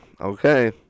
Okay